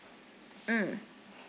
mm